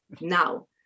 now